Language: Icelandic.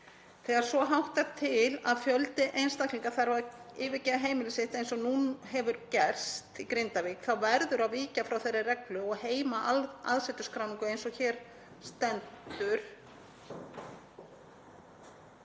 Þegar svo háttar til að fjöldi einstaklinga þarf að yfirgefa heimili sitt eins og gerst hefur í Grindavík þá verður að víkja frá þeirri reglu og heimila aðsetursskráningu eins og hér stendur